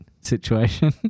situation